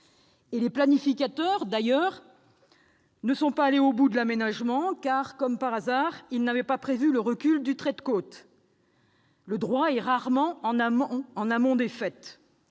Les planificateurs ne sont pas allés au bout de l'aménagement, car, comme par hasard, ils n'avaient pas prévu le recul du trait de côte. Le droit est rarement en amont des faits.